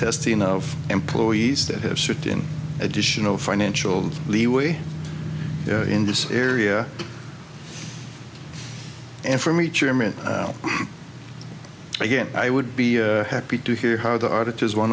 testino of employees that have certain additional financial leeway in this area and for me chairman again i would be happy to hear how the auditors want